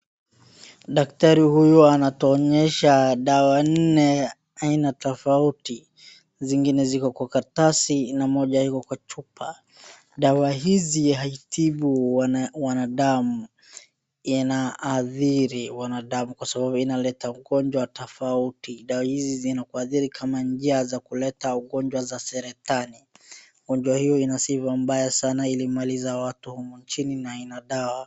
Daktari huyu anatuonyesha dawa nne aina tofauti, zingine ziko kwa karatasi na moja iko kwa chupa. Dawa hizi haitibu wanadamu, inaathiri wanadamu kwa sababu inaleta ugonjwa tofauti. Dawa hizi zinakuathiri kama njia za kuleta ugonjwa za saratani. Ugonjwa hii ina sifa mbaya sana ilimaliza watu humu nchini na haina dawa.